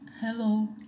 Hello